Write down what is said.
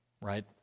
right